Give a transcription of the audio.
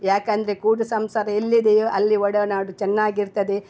ಯಾಕೆಂದರೆ ಕೂಡು ಸಂಸಾರ ಎಲ್ಲಿದೆಯೋ ಅಲ್ಲಿ ಒಡನಾಡು ಚೆನ್ನಾಗಿರ್ತದೆ